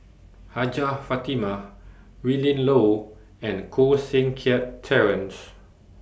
Hajjah Fatimah Willin Low and Koh Seng Kiat Terence